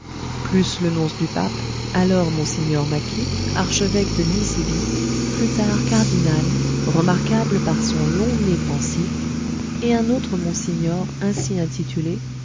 plus le nonce du pape alors monsignor macchi archevêque de nisibi plus tard cardinal remarquable par son long nez pensif et un autre monsignor ainsi intitulé